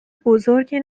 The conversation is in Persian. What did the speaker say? بزرگی